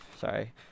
sorry